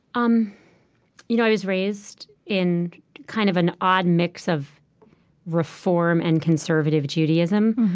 um you know i was raised in kind of an odd mix of reform and conservative judaism.